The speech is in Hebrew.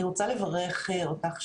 אני רוצה לברך אותך,